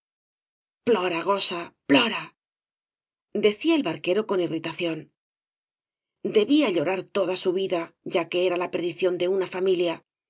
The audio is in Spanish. plora gosa plora decía el barquero con irritación debía llorar toda su vida ya que era la perdición de una familia